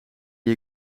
die